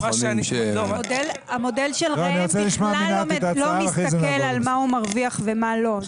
לוחמים ש המודל של ראם בכלל לא מסתכל על מה הוא מרוויח ומה לא,